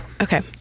Okay